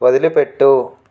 వదిలిపెట్టు